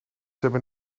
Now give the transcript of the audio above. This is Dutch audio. hebben